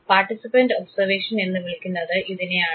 participant observation എന്ന് വിളിക്കുന്നത് ഇതിനെയാണ്